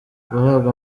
guhabwa